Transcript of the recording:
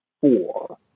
four